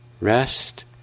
rest